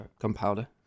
gunpowder